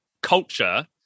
culture